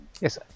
Yes